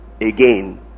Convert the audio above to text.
again